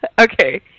Okay